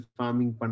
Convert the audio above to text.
farming